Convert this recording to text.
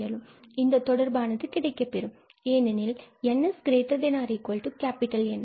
பின்பு இந்த தொடர்பானது கிடைக்கப்பெறும் ஏனெனில் nNஆகும்